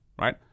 right